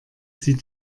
sie